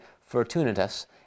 Fortunatus